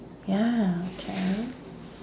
ya okay